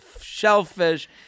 shellfish